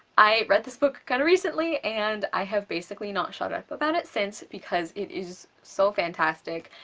i read this book kinda recently and i have basically not shut up about it since because it is so fantastic.